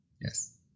Yes